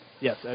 Yes